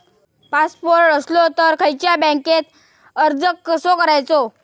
Passport असलो तर खयच्या बँकेत अर्ज कसो करायचो?